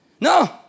No